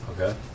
Okay